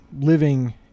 living